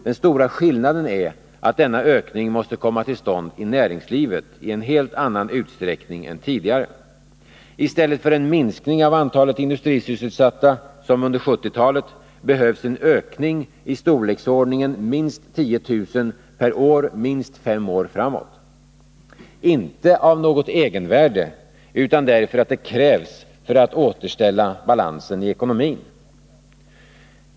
Den stora skillnaden är att denna ökning måste komma till stånd i näringslivet i en helt annan utsträckning än tidigare. I stället för en minskning av antalet industrisysselsatta behövs en ökning i storleksordningen minst 10 000 per år under minst fem år framåt — inte därför att det har något egenvärde, utan därför att det krävs för att återställa balansen i ekonomin.